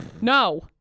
no